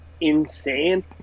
insane